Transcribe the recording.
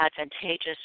advantageous